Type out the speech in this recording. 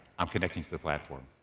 i'm connecting to the platform.